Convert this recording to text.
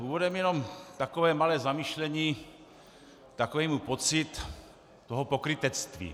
Úvodem jenom takové malé zamyšlení, takový můj pocit toho pokrytectví.